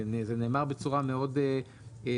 וזה נאמר בצורה מאוד מפורשת,